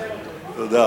מתכבד